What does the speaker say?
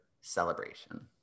celebration